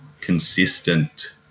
consistent